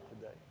today